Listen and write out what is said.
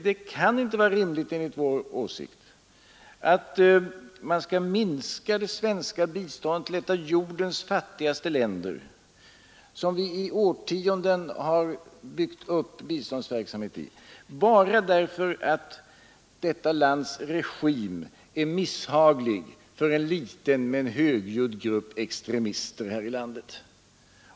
Det kan enligt vår åsikt inte vara rimligt att man minskar det svenska biståndet till ett av jordens fattigaste länder, där vi i årtionden byggt upp en biståndsverksamhet, bara därför att detta lands regim är misshaglig för en liten men högljudd grupp extremister i vårt land.